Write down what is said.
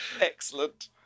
Excellent